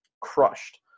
crushed